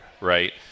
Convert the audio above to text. right